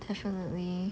definitely